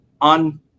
on